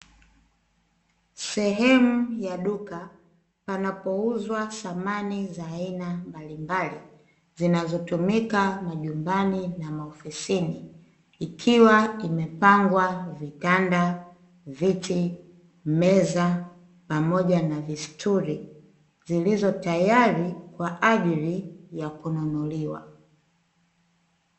Sehemu ya duka panapo uzwa samani za aina mbalimbali, zinazotumika majumbani na maofisini. Ikiwa imepangwa vitanda, viti, meza pamoja na vistuli zilizo tayari kwa ajili ya kununuliwa.